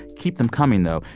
keep them coming, though.